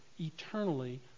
eternally